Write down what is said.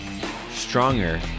stronger